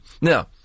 Now